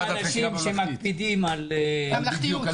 אנחנו אנשים שמקפידים על ממלכתיות.